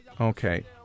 Okay